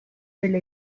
delle